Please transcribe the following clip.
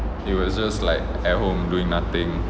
it was just like at home doing nothing